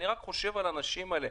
אני חושב על האנשים האלה,